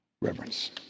reverence